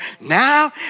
Now